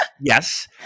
yes